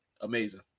amazing